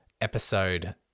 episode